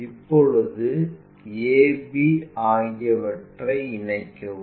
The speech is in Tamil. இப்போது ab ஆகியவற்றை இணைக்கவும்